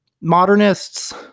modernists